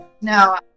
No